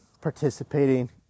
participating